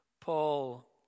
Paul